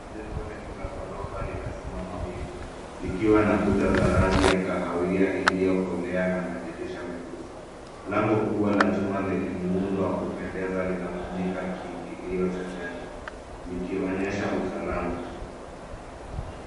Jengo refu la ghorofa linasimama wima likiwa na kuta za rangi ya kahawia iliyokolea na dirisha meusi. Lango kubwa la chuma lenye muundo wa kupendeza inafunika kiingilio cha jengo, likionyesha usalama.